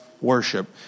worship